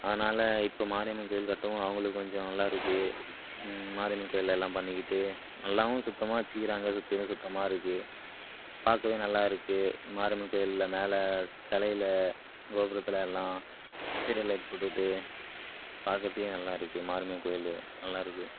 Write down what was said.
அதனால் இப்போ மாரியம்மன் கோவில் கட்டவும் அவங்களுக்கு கொஞ்சம் நல்லா இருக்குது மாரியம்மன் கோவில்ல எல்லாம் பண்ணிக்கிட்டு நல்லாவும் சுத்தமாக வெச்சுக்கிறாங்க சுற்றிலும் சுத்தமாக இருக்குது பார்க்கவே நல்லா இருக்குது மாரியம்மன் கோவில்ல மேலே சிலையில கோபுரத்தில் எல்லாம் சீரியல் லைட் போட்டுக்கிட்டு பார்க்கறத்துக்கே நல்லா இருக்குது மாரியம்மன் கோவிலு நல்லா இருக்குது